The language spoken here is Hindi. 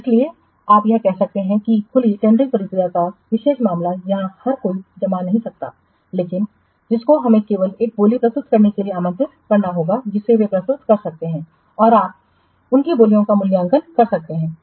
तो इसीलिए आप यह कह सकते हैं कि खुली टेंडरिंग प्रक्रिया का विशेष मामला जहां हर कोई जमा नहीं कर सकता है लेकिन जिसको हमें केवल वह बोली प्रस्तुत करने के लिए आमंत्रित करना होगा जिसे वे प्रस्तुत कर सकते हैं और आप उनकी बोलियों का मूल्यांकन कर सकते हैं